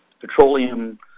petroleum